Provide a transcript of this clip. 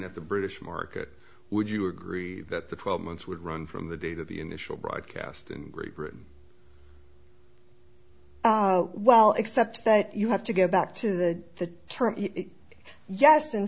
at the british market would you agree that the twelve months would run from the date of the initial broadcast in great britain well except that you have to go back to the